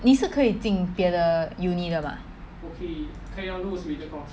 你是可以进别的 uni 的 mah